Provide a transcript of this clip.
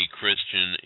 Christian